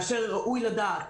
ראוי לדעת,